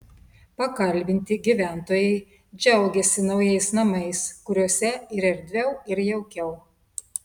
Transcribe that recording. pakalbinti gyventojai džiaugėsi naujais namais kuriuose ir erdviau ir jaukiau